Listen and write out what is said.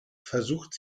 versucht